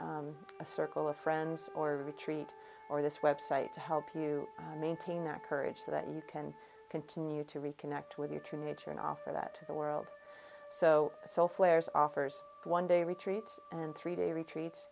a circle of friends or a retreat or this website to help you maintain that courage so that you can continue to reconnect with your true nature and offer that the world so so flairs offers one day retreats and three day retreats